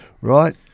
Right